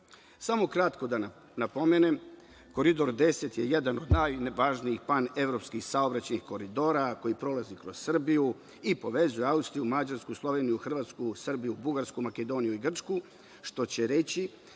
puta. Samo kratko da napomenem, Koridor 10 je jedan od najvažnijih panevropskih saobraćaja i koridora koji prolaze kroz Srbiju i povezuju Austriju, Mađarsku, Sloveniju, Hrvatsku, Srbiju, Bugarsku, Makedoniju i Grčku, što će reći